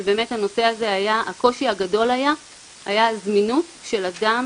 אבל הקושי הגדול בנושא הזה היה הזמינות של אדם